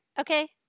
Okay